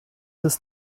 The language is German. ist